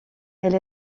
elle